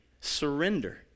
surrender